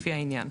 לפי העניין,